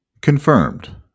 Confirmed